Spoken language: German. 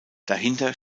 dahinter